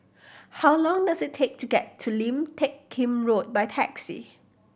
how long does it take to get to Lim Teck Kim Road by taxi